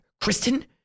Kristen